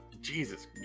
Jesus